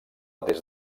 des